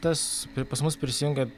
tas pri pas mus prisijungia